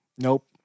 Nope